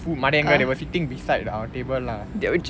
மடயனுக:madayanuga they were sitting beside our table lah